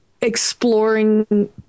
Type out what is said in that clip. exploring